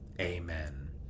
amen